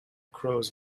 crows